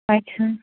अच्छा